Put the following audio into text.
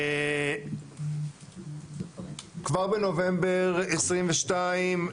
כבר בנובמבר 2022,